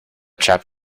chap